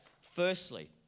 Firstly